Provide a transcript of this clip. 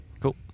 Cool